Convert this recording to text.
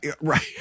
right